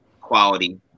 quality